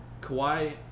Kawhi